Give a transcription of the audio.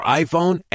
iPhone